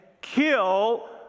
kill